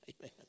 Amen